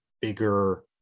bigger